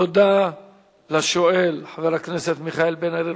תודה לשואל, חבר הכנסת מיכאל בן-ארי.